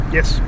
Yes